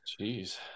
Jeez